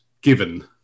given